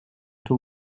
tôt